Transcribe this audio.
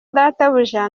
databuja